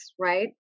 right